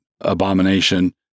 abomination